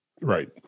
Right